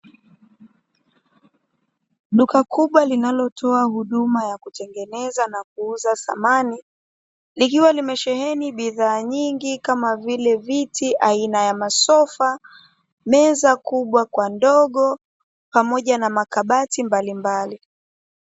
Duka kubwa linalotoa huduma ya kutengeneza na kuuza samani. Likiwa limesheheni bidhaa nyingi, kama vile viti aina ya masofa, meza kubwa kwa ndogo pamoja na makabati mbalimbali.